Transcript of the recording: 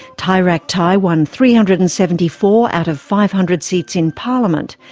thai rak thai won three hundred and seventy four out of five hundred seats in parliament,